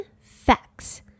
Facts